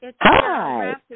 Hi